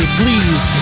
please